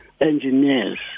engineers